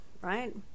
right